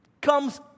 comes